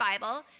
Bible